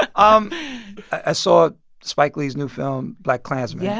ah um ah saw spike lee's new film, blackkklansman, yeah